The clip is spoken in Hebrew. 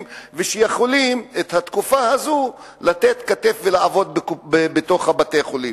ויכולים בתקופה הזו לתת כתף ולעבוד בבתי-החולים.